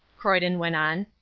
croyden went on.